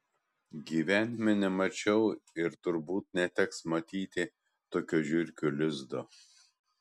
gyvenime nemačiau ir turbūt neteks matyti tokio žiurkių lizdo